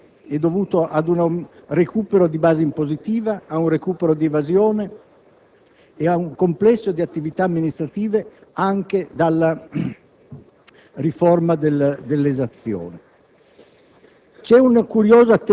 di aliquote, ma sono dovuti ad un recupero di base impositiva, a un recupero di evasione, ad un complesso di attività amministrative e anche alla riforma dell'esazione.